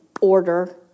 order